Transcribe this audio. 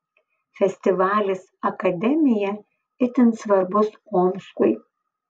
festivalis akademija itin svarbus omskui